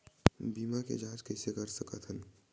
बीमा के जांच कइसे कर सकत हन?